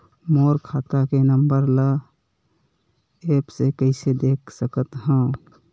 मोर खाता के नंबर ल एप्प से कइसे देख सकत हव?